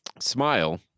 Smile